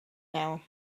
now